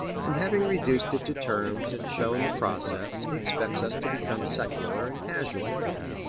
and having reduced it to terms and shown the process, he expects us to become secular and casual again.